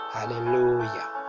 Hallelujah